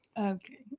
Okay